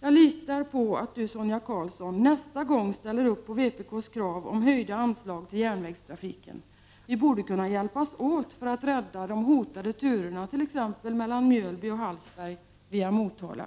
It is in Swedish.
Jag litar på att Sonia Karlsson nästa gång ställer upp på vpk:s krav om höjda anslag till järnvägstrafiken. Vi borde kunna hjälpas åt för att rädda de hotade turerna t.ex. mellan Mjölby och Hallsberg via Motala.